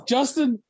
Justin